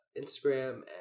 Instagram